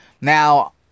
Now